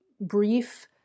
brief